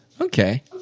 Okay